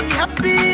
happy